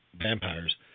vampires –